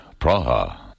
Praha